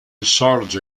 sorge